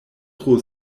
tro